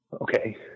Okay